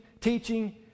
teaching